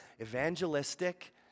evangelistic